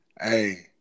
Hey